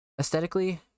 Aesthetically